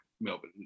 Melbourne